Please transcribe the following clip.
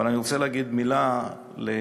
אבל אני רוצה להגיד מילה לידידי,